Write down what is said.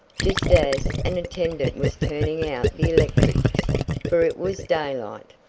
just as an attendant was turning out the electrics for it was daylight.